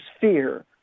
fear